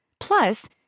Plus